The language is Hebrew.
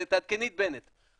תעדכני את בנט,